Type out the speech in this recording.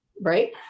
right